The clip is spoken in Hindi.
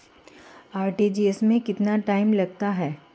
आर.टी.जी.एस में कितना टाइम लग जाएगा?